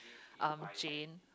um Jane